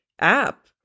app